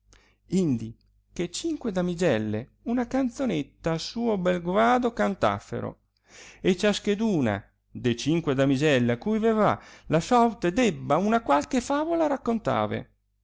indi che cinque damigelle una canzonetta a suo bel grado cantassero e ciascheduna de cinque damigelle a cui verrà la sorte debba una qualche favola raccontare